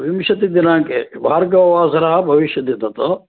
विंशतिदिनाङ्के भार्गववासरः भविष्यति तत्